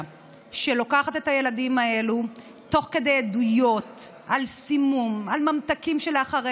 2. על רשות חינוך מקומית לפעול בהתאם